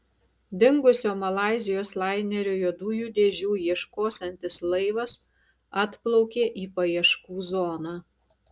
dingusio malaizijos lainerio juodųjų dėžių ieškosiantis laivas atplaukė į paieškų zoną